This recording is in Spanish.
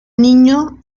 niño